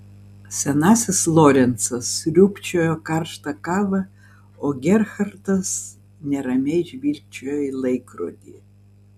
senasis lorencas sriūbčiojo karštą kavą o gerhardas neramiai žvilgčiojo į laikrodį